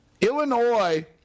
Illinois